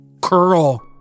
curl